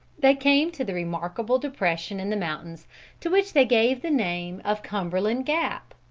they came to the remarkable depression in the mountains to which they gave the name of cumberland gap.